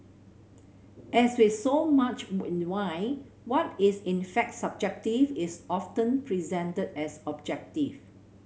as with so much in wine what is in fact subjective is often presented as objective